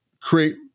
create